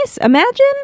Imagine